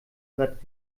brett